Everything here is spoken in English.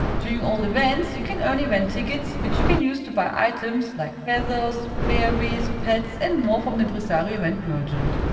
during all events you can earn event tickets which you can use to buy items like feathers, berries, pets and more from the impresario event merchant.